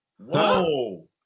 whoa